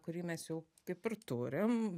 kurį mes jau kaip ir turim